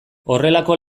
horrelako